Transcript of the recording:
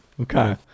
Okay